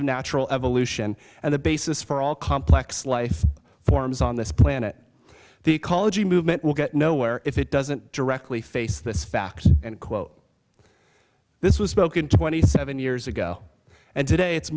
natural evolution and the basis for all complex life forms on this planet the ecology movement will get nowhere if it doesn't directly face this fact and quote this was spoken twenty seven years ago and today it's